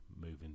moving